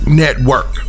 network